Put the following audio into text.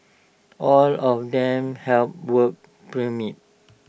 all of them held work permits